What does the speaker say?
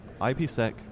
IPsec